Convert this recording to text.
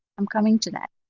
i'm coming to that.